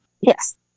yes